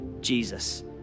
Jesus